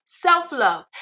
Self-love